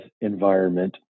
environment